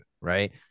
right